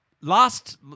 last